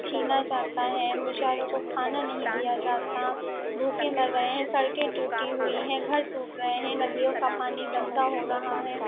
چھینا جاتا ہے بےچاروں کو کھانا نہیں دیا جاتا بھوکے مر رہے ہیں سڑکیں ٹوٹی ہوئی ہیں گھر ٹوٹ رہے ہیں ندیوں کا پانی گندہ ہو رہا ہے